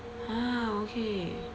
ah okay